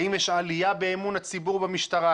האם יש עלייה באמון הציבור במשטרה,